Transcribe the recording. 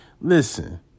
Listen